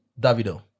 Davido